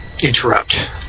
interrupt